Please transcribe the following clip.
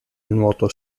nuoto